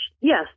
yes